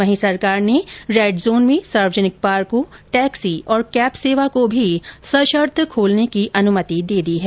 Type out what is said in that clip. वहीं सरकार ने रेड जोन में सार्वजनिक पार्को टैक्सी और कैब सेवा को भी सशर्त खोलने की अनुमति दे दी है